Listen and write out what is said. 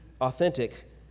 authentic